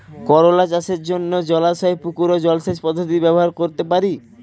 করোলা চাষের জন্য জলাশয় ও পুকুর জলসেচ পদ্ধতি ব্যবহার করতে পারি?